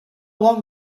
long